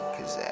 Cause